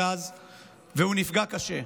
והוא נפגע קשה.